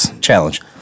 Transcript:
challenge